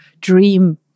dream